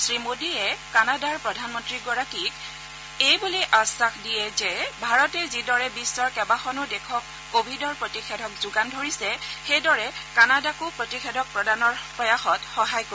শ্ৰীমোডীয়ে কানাডাৰ প্ৰধানমন্ত্ৰীগৰাকীক এই বুলি আখাস দিয়ে যে ভাৰতে যিদৰে বিশ্বৰ কেইবাখনো দেশক ক ভিডৰ প্ৰতিষেধক যোগান ধৰিছে সেইদৰে কানাডাকো প্ৰতিষেধক প্ৰদানৰ প্ৰয়াসত সহায় কৰিব